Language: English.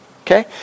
okay